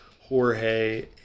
Jorge